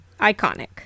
Iconic